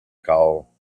call